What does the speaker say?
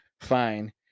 fine